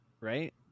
Right